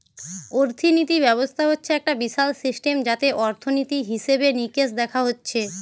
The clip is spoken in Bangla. অর্থিনীতি ব্যবস্থা হচ্ছে একটা বিশাল সিস্টেম যাতে অর্থনীতি, হিসেবে নিকেশ দেখা হচ্ছে